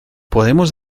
podemos